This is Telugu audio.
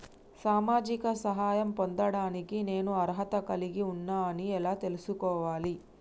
సామాజిక సహాయం పొందడానికి నేను అర్హత కలిగి ఉన్న అని ఎలా తెలుసుకోవాలి?